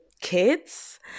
Kids